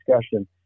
discussion